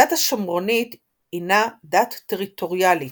הדת השומרונית הנה דת טריטוריאלית,